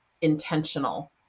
intentional